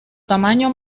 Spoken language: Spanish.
tamaño